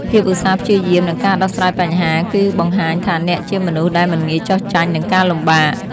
ភាពឧស្សាហ៍ព្យាយាម និងការដោះស្រាយបញ្ហា គឺបង្ហាញថាអ្នកជាមនុស្សដែលមិនងាយចុះចាញ់នឹងការលំបាក។